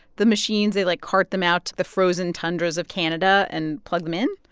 the machines. they, like, cart them out to the frozen tundras of canada and plug them in?